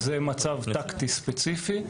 זה מצב טקטי ספציפי.